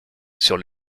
sur